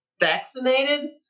vaccinated